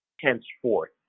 henceforth